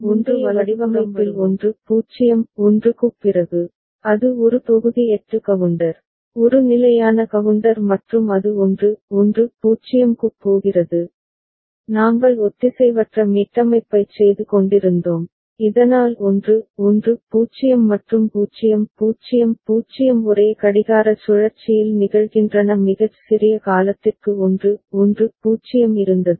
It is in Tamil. இப்போது முந்தைய வடிவமைப்பில் 1 0 1 க்குப் பிறகு அது ஒரு தொகுதி 8 கவுண்டர் ஒரு நிலையான கவுண்டர் மற்றும் அது 1 1 0 க்குப் போகிறது நாங்கள் ஒத்திசைவற்ற மீட்டமைப்பைச் செய்து கொண்டிருந்தோம் இதனால் 1 1 0 மற்றும் 0 0 0 ஒரே கடிகார சுழற்சியில் நிகழ்கின்றன மிகச் சிறிய காலத்திற்கு 1 1 0 இருந்தது